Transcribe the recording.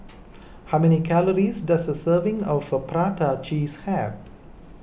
how many calories does a serving of Prata Cheese have